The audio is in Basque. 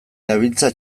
dabiltza